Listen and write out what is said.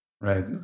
Right